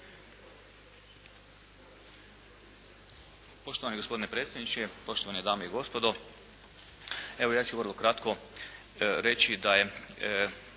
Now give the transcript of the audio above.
Poštovani gospodine predsjedniče, poštovane dame i gospodo. Evo ja ću vrlo kratko reći da je